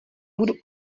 budu